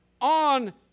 on